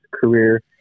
career